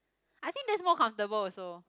I think that's more comfortable also